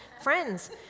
friends